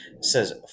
says